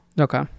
Okay